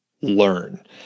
learn